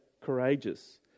courageous